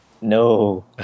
No